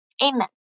Amen